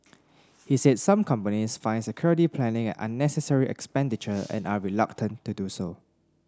he said some companies find security planning an unnecessary expenditure and are reluctant to do so